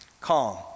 Calm